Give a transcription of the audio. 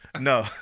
No